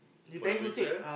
for the future